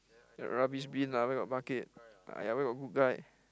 rubbish bin lah where got bucket !aiya! where got good guy